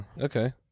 Okay